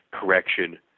Correction